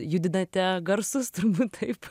judinate garsus turbūt taip